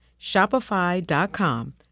Shopify.com